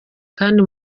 kandi